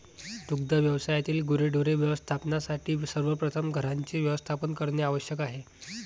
दुग्ध व्यवसायातील गुरेढोरे व्यवस्थापनासाठी सर्वप्रथम घरांचे व्यवस्थापन करणे आवश्यक आहे